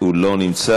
הוא לא נמצא,